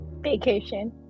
vacation